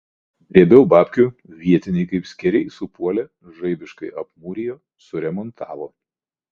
drėbiau babkių vietiniai kaip skėriai supuolė žaibiškai apmūrijo suremontavo